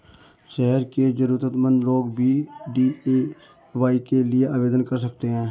शहर के जरूरतमंद लोग भी डी.ए.वाय के लिए आवेदन कर सकते हैं